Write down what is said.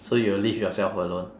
so you will leave yourself alone